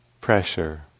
pressure